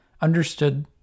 understood